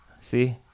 See